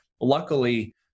Luckily